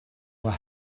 were